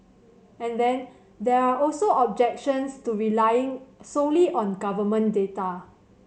and then there are also objections to relying solely on government data